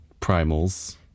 primals